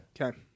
Okay